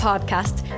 Podcast